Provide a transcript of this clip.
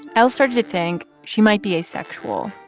l started to think she might be asexual,